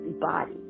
body